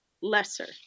lesser